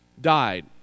died